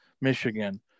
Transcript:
Michigan